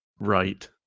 Right